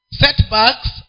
setbacks